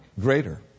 Greater